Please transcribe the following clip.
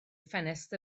ffenest